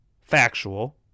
Factual